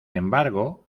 embargo